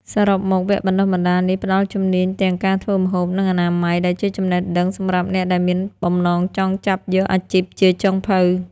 សរុបមក វគ្គបណ្ដុះបណ្ដាលនេះផ្ដល់ជំនាញទាំងការធ្វើម្ហូប និងអនាម័យ ដែលជាចំណេះដឹងសម្រាប់អ្នកដែលមានបំណងចង់ចាប់យកអាជីពជាចុងភៅ។